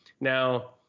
Now